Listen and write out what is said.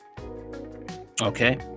Okay